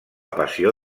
passió